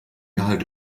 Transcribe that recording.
gehalt